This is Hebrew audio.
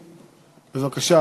בבקשה,